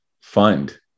fund